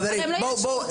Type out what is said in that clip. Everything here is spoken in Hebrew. חברים, חברים.